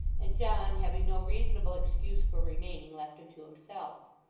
and john, having no reasonable excuse for remaining, left him to himself.